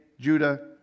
Judah